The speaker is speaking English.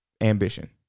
Ambition